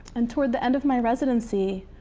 and toward the end of my residency,